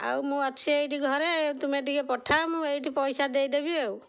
ଆଉ ମୁଁ ଅଛି ଏଇଠି ଘରେ ତୁମେ ଟିକେ ପଠାଅ ମୁଁ ଏଇଠି ପଇସା ଦେଇଦେବି ଆଉ